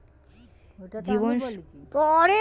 জীবন সুকন্যা কি ব্যাংক থেকে কেনা যায়?